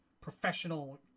professional